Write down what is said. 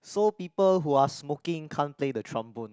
so people who are smoking can't play the trombone